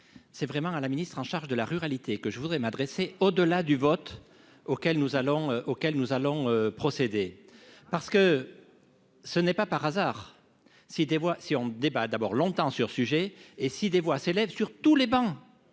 c'est vraiment à la ministre en charge de la ruralité, que je voudrais m'adresser au-delà du vote auquel nous allons auquel nous allons procéder parce que ce n'est pas par hasard si des voix si on débat d'abord longtemps sur sujet et si des voix s'élèvent sur tous les bancs